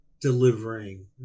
delivering